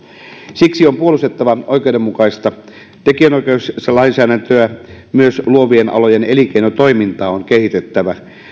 siksi on puolustettava oikeudenmukaista tekijänoikeuslainsäädäntöä myös luovien alojen elinkeinotoimintaa on kehitettävä